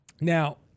Now